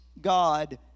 God